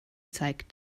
zeigt